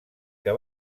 que